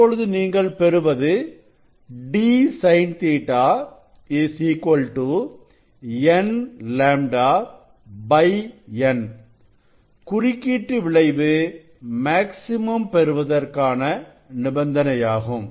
இப்பொழுது நீங்கள் பெறுவது d sin Ɵ n λ N குறுக்கீட்டு விளைவு மேக்ஸிமம் பெறுவதற்கான நிபந்தனையாகும்